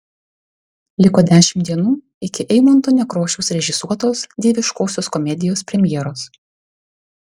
liko dešimt dienų iki eimunto nekrošiaus režisuotos dieviškosios komedijos premjeros